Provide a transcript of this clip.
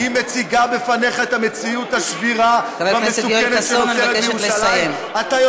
והיא מציגה לפניך את המציאות השבירה והמסוכנת שנוצרת בירושלים.